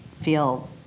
feel